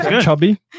Chubby